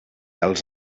als